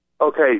Okay